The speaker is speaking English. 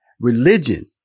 religion